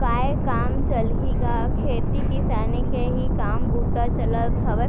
काय काम चलही गा खेती किसानी के ही काम बूता चलत हवय,